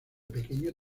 pequeño